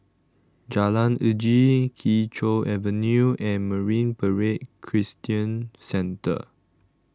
Jalan Uji Kee Choe Avenue and Marine Parade Christian Centre